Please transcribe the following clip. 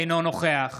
אינו נוכח